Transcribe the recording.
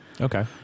Okay